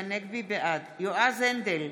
יועז הנדל,